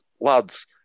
lads